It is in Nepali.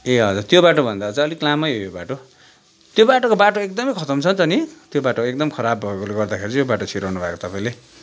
ए हजुर त्यो बाटोभन्दा चाहिँ अलिक लामो हो यो बाटो त्यो बाटोको बाटो एकदमै खतम छ त नि त्यो बाटो एकदम खराब भएकोले गर्दा चाहिँ यो बाटो छिराउनुभएको तपाईँले